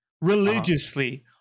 religiously